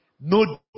No